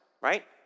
Right